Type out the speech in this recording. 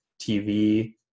TV